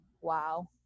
Wow